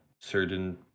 certain